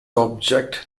object